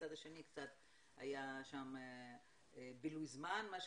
מצד שני היה שם קצת בילוי זמן.